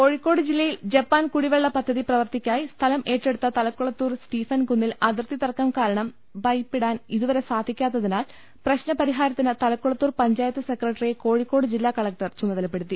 കോഴിക്കോട് ജില്ലയിൽ ജപ്പാൻ കുടിവ്വെളള പദ്ധതി പ്രവൃത്തിക്കായി സ്ഥലം ഏറ്റെടുത്ത തലക്കൂളത്തൂർ സ്റ്റീഫൻ കുന്നിൽ അതിർത്തി തർക്കം കാരണം പ്രൈപ്പ് ഇടാൻ ഇതുവരെ സാധിക്കാത്തിനാൽ പ്രശ്ന പരിഹാരത്തിന് തലക്കുളത്തൂർ പഞ്ചായത്ത് സെക്രട്ടറിയെ കോഴിക്കോട് ജില്ലാ കലക്ടർ ചുമതലപ്പെടുത്തി